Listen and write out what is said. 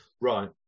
Right